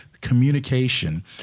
communication